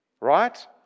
Right